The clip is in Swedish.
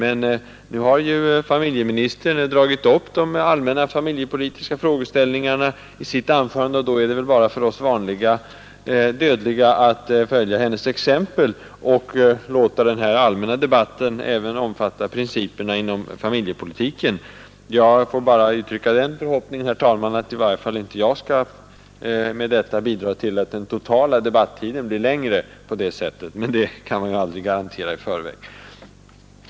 Men nu har ju familjeministern dragit upp de familjepolitiska frågeställningarna i sitt anförande, och då är det väl bara för oss vanliga dödliga att följa hennes exempel och låta den allmänna debatten även omfatta principerna inom familjepolitiken. Jag får bara uttrycka den förhoppningen, herr talman, att i varje fall inte jag med detta skall bidra till att den totala debattiden blir längre. Men det kan man ju aldrig garantera i förväg.